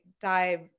dive